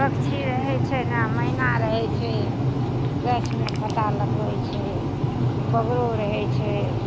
पक्षी रहय छै ने मैना रहय छै गाछमे खोता लगबइ छै बगरो रहय छै